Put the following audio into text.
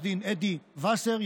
בהובלת עו"ד אדי ווסר,